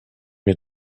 mir